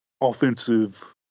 offensive